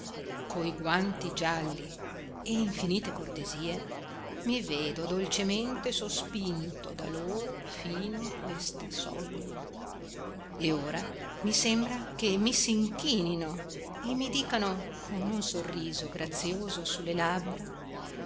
coi guanti gialli e infinite cortesie mi vedo dolcemente sospinto da loro fino a questa soglia e ora mi sembra che mi s'inchinino e mi dicano con un sorriso grazioso sulle labbra